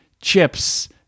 chips